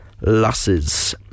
losses